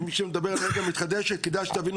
מי שמדבר על אנרגיה מתחדשת כדאי שתבינו